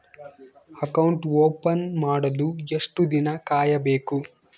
Account open ಮಾಡಲು ಎಷ್ಟು ದಿನ ಕಾಯಬೇಕು?